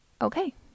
Okay